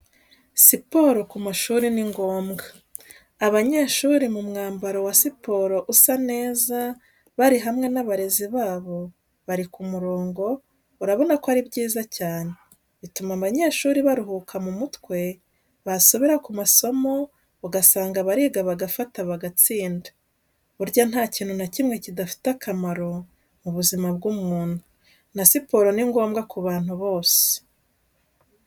Siporo ku mashuri ni ngombwa, abanyeshuri mu mwambaro wa siporo usa neza bari hamwe n'abarezi babo bari ku murongo urabona ko ari byiza cyane bituma abanyeshuri baruhuka mu mutwe, basubira ku masomo ugasanga bariga bagafata bagatsinda. Burya ntakintu na kimwe kidafite akamaro mu buzima bw'umuntu na siporo ni ngombwa ku bantu bose.